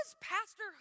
Pastor